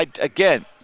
again